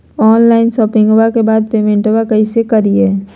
Online शोपिंग्बा के बाद पेमेंटबा कैसे करीय?